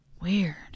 Weird